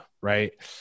right